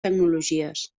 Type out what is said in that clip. tecnologies